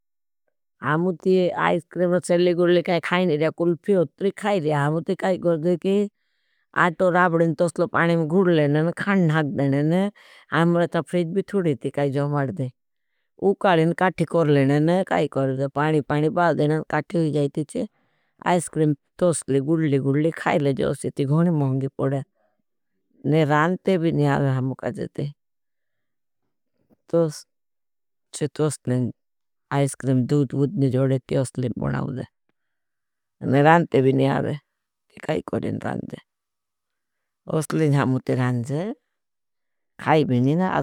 हमुती आईस्क्रेम चेल्ली गुळ्ली काई नहीं रहा, कुल्फी होतरी खाई रहा हमुती काई करदे की आटो राबडेन तोसलो पाने में गुळ्लेन नहीं। खाण नागदेन नहीं हमराचा फ्रेज भी थोड़ी थी काई जमाड़ें उकलेन काठी करलेन नहीं काई करद पानी पानी पाल देनान काठी हुई जाईती चे। आईस्क्रेम तोसली गुळ्ली गुळ्ली खाई ले ज़े असली ती गुणी मौंगी पड़ें, ने रानते भी नहीं आओगे हमुकाजे ते। तोसली एसक्रेम दुददददनी जोड़ें ती उसली बनाओगे। ने र असले जहाँ मुते रान्जे खाई भीने ना अधूने।